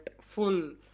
full